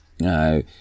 No